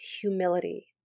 humility